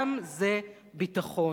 גם זה ביטחון".